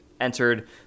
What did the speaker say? entered